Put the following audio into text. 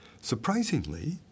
Surprisingly